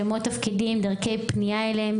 שמות ותפקידים ודרכי פנייה אליהם,